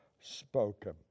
spoken